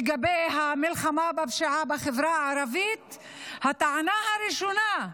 לגבי המלחמה בפשיעה בחברה הערבית הטענה הראשונה היא: